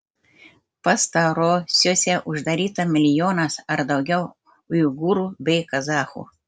pastarosiose uždaryta milijonas ar daugiau uigūrų bei kazachų